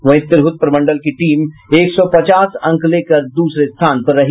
वहीं तिरहुत प्रमंडल की टीम एक सौ पचास अंक लेकर दूसरे स्थान पर रही